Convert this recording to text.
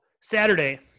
Saturday